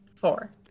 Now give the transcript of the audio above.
four